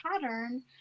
pattern